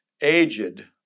aged